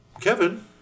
Kevin